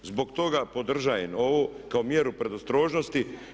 Zbog toga podržavam ovo kao mjeru predostrožnosti.